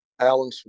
Alan